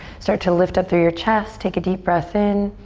start to lift up through your chest, take a deep breath in.